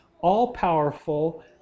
all-powerful